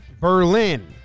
Berlin